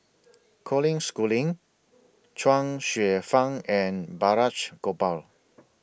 Colin Schooling Chuang Hsueh Fang and Balraj Gopal